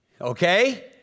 okay